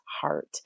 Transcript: heart